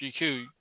GQ